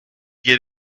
get